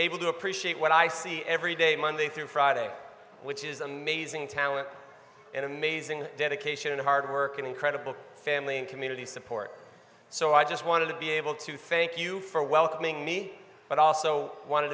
able to appreciate what i see every day monday through friday which is amazing talent and amazing dedication and hard work incredible family and community support so i just wanted to be able to fake you for welcoming me but also wanted